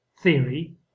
theory